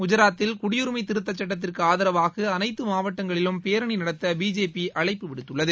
குஜராத்தில் குடியுரிமை திருத்த சுட்டத்திற்கு ஆரவாக அனைத்து மாவட்டங்களிலும் பேரணி நடத்த பிஜேபி அழைப்பு விடுத்துள்ளது